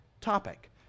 topic